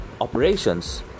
operations